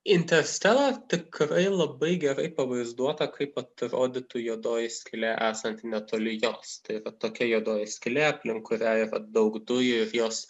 interstela tikrai labai gerai pavaizduota kaip atrodytų juodoji skylė esanti netoli jos tai tokia juodoji skylė aplink kurią jau daug dujų ir jos